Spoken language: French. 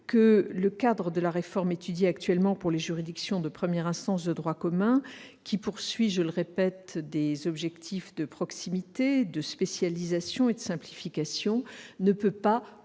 que le cadre de la réforme étudiée actuellement pour les juridictions de première instance de droit commun, qui vise, je le répète, des objectifs de proximité, de spécialisation et de simplification, ne peut pas,